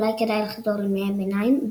אולי כדאי לחזור לימי-הביניים,